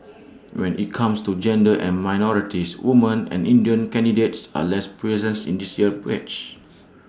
when IT comes to gender and minorities women and Indian candidates are less presents in this year's batch